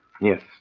Yes